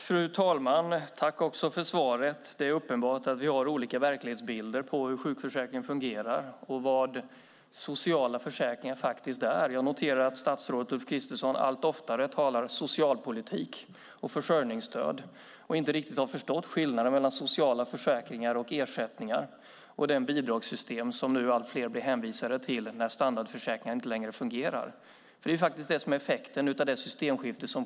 Fru talman! Tack för svaret! Det är uppenbart att vi har olika verklighetsbilder av hur sjukförsäkringen fungerar och vad sociala försäkringar är. Jag noterar att statsrådet Ulf Kristersson allt oftare talar socialpolitik och försörjningsstöd. Han har inte riktigt förstått skillnaden mellan sociala försäkringar, ersättningar och det bidragssystem som allt fler blir hänvisade till när standardförsäkringar inte längre fungerar. Det är effekten av systemskiftet.